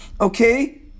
okay